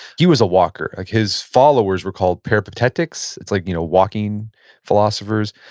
he was a walker. his followers were called parapetetics. it's like you know walking philosophers.